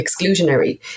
exclusionary